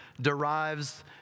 derives